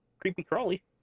creepy-crawly